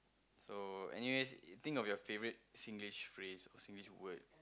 so anyways think of your favourite Singlish phrase or Singlish word